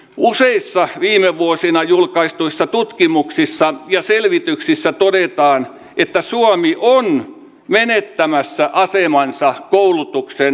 useissa viime vuosina julkaistuista tutkimuksista ja selvityksissä todetaan että suomi on menettämässä kotimaansa koulutuksen